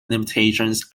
limitations